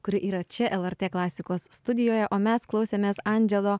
kuri yra čia lrt klasikos studijoje o mes klausėmės andželo